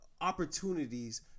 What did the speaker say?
opportunities